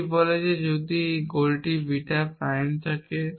এটি বলে যে আপনার যদি একটি গোল বিটা প্রাইম থাকে